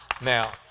Now